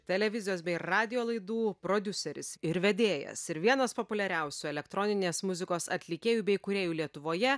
televizijos bei radijo laidų prodiuseris ir vedėjas ir vienas populiariausių elektroninės muzikos atlikėjų bei kūrėjų lietuvoje